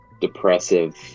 depressive